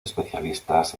especialistas